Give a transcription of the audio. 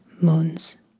Moons